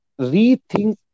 rethink